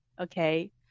Okay